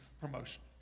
promotion